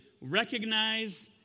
recognize